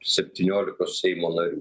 septyniolikos seimo narių